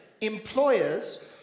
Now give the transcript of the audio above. employers